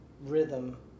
rhythm